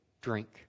drink